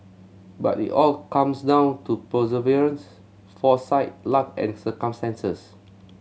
but it all comes down to perseverance foresight luck and circumstances